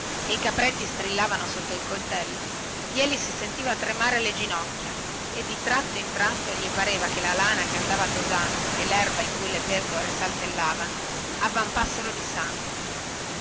e i capretti strillavano sotto il coltello jeli si sentiva tremare le ginocchia e di tratto in tratto gli pareva che la lana che andava tosando e lerba in cui le pecore saltellavano avvampassero di sangue